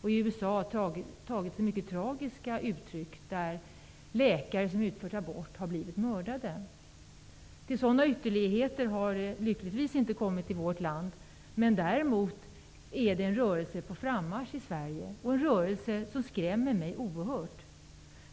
I USA har det tagit sig mycket tragiska uttryck, när läkare som har utfört abort har blivit mördade. Till sådana ytterligheter har det lyckligtvis inte gått i vårt land, men rörelsen är på frammarsch i Sverige.